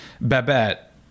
Babette